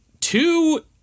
two